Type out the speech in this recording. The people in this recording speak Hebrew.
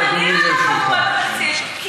הסבירו לך, תעמדי מאחורי הדברים שאת